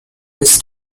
this